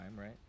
right